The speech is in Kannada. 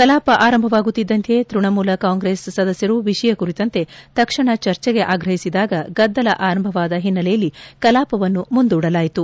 ಕಲಾಪ ಆರಂಭವಾಗುತ್ತಿದ್ದಂತೆಯೇ ತ್ಯಣಮೂಲ ಕಾಂಗ್ರೆಸ್ ಸದಸ್ಯರು ವಿಷಯ ಕುರಿತಂತೆ ತಕ್ಷಣ ಚರ್ಚಿಗೆ ಆಗ್ರಹಿಸಿದಾಗ ಗದ್ದಲ ಆರಂಭವಾದ ಹಿನ್ನಲೆಯಲ್ಲಿ ಕಲಾಪವನ್ನು ಮುಂದೂಡಲಾಯಿತು